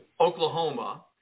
Oklahoma